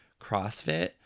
CrossFit